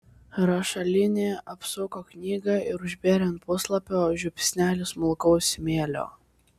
rašalinė apsuko knygą ir užbėrė ant puslapio žiupsnelį smulkaus smėlio